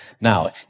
Now